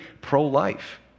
pro-life